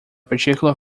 particular